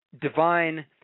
divine